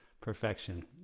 perfection